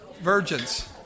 Virgins